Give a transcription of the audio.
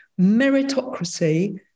meritocracy